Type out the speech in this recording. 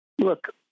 look